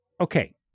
okay